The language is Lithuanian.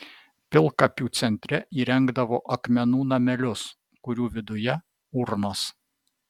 pilkapių centre įrengdavo akmenų namelius kurių viduje urnos